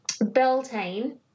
Beltane